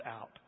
out